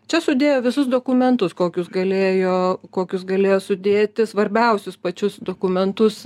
čia sudėjo visus dokumentus kokius galėjo kokius galėjo sudėti svarbiausius pačius dokumentus